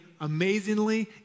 amazingly